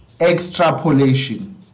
extrapolation